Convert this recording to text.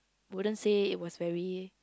wouldn't say it was very